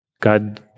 God